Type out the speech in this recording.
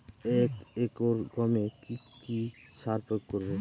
এক একর গমে কি কী সার প্রয়োগ করব?